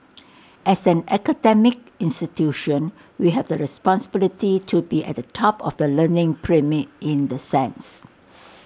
as an academic institution we have the responsibility to be at the top of the learning pyramid in the sense